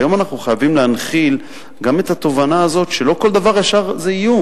היום אנחנו חייבים להנחיל גם את התובנה הזאת שלא כל דבר זה איום,